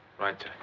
right,